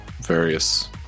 various